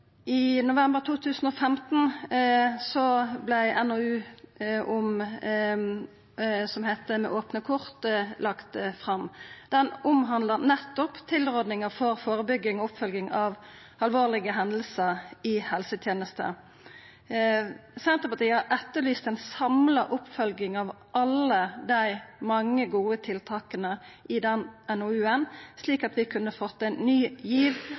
I november 2015 vart ein NOU som heiter Med opne kort, lagd fram. Han omhandla nettopp tilrådingar for førebygging og oppfølging av alvorlege hendingar i helsetenesta. Senterpartiet har etterlyst ei samla oppfølging av alle dei mange gode tiltaka i den NOU-en, slik at vi kunne fått ein ny giv